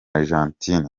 argentine